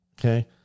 Okay